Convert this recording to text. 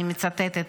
אני מצטטת,